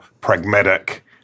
pragmatic